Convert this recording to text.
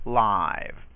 live